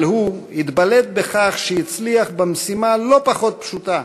אבל הוא התבלט בכך שהצליח במשימה לא פחות פשוטה: